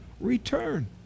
return